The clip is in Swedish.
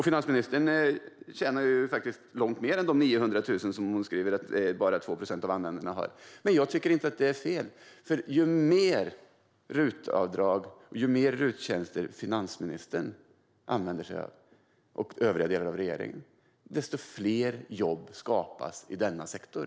Finansministern tjänar faktiskt långt mer än de 900 000 som hon hävdar att bara 2 procent av användarna har. Men jag tycker inte att det är fel. Ju mer RUT-tjänster finansministern använder sig av, och övriga delar av regeringen, desto fler jobb skapas i denna sektor.